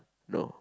no